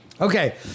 Okay